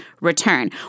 return